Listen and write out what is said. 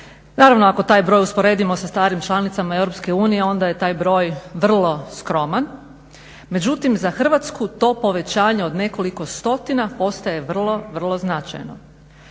Naravno, ako taj broj usporedimo sa starim članicama EU onda je taj broj vrlo skroman, međutim za Hrvatsku to povećanje od nekoliko stotina postaje vrlo, vrlo značajno.